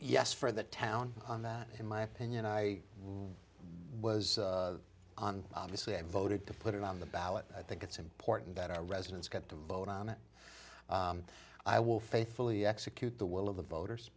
yes for the town on that in my opinion i was on obviously i voted to put it on the ballot i think it's important that our residents get to vote on it i will faithfully execute the will of the voters